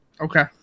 Okay